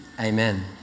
Amen